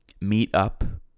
Meetup